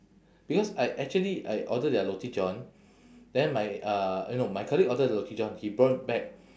because I actually I order their roti john then my uh eh no my colleague order the roti john he brought back